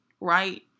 right